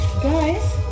guys